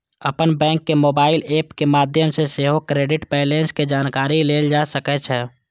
अपन बैंकक mobile app के माध्यम सं सेहो क्रेडिट बैंलेंस के जानकारी लेल जा सकै छै